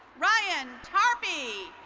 ryan talpi.